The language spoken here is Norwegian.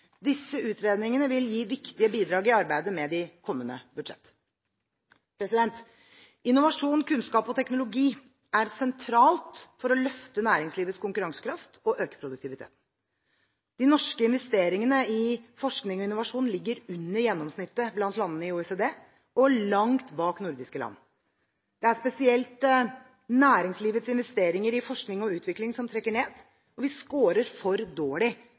Disse utredningene vil gi viktige bidrag til arbeidet med kommende budsjetter. Innovasjon, kunnskap og teknologi er sentralt for å løfte næringslivets konkurransekraft og øke produktiviteten. De norske investeringene i forskning og innovasjon ligger under gjennomsnittet blant landene i OECD, og langt bak nordiske land. Det er spesielt næringslivets investeringer i forskning og utvikling som trekker ned, og vi scorer for dårlig